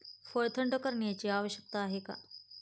फळ थंड करण्याची आवश्यकता का आहे?